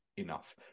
enough